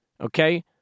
okay